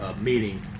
meeting